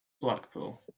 Blackpool